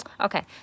Okay